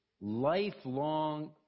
lifelong